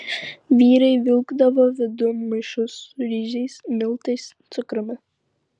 vyrai vilkdavo vidun maišus su ryžiais miltais cukrumi